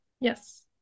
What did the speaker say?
yes